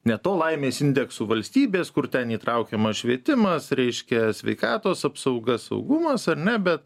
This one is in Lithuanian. ne to laimės indeksų valstybės kur ten įtraukiamas švietimas reiškia sveikatos apsauga saugumas ar ne bet